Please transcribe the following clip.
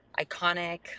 iconic